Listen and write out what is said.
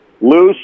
loose